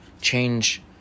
Change